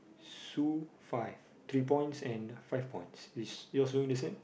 Sue five three points and five points is yours doing the same